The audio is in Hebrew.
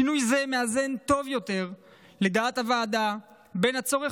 שינוי זה מאזן טוב יותר בין הצורך